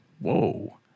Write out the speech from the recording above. whoa